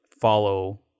follow